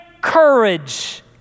courage